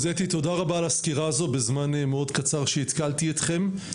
תודה על הסקירה בזמן המאוד קצר שהתקלתי אתכם.